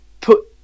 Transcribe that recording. put